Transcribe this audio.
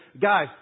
guys